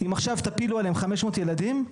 אם עכשיו תפילו עליהם 500 ילדים,